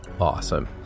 Awesome